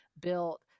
built